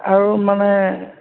আৰু মানে